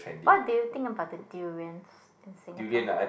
what do you think about the durians in Singapore